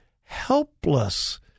helpless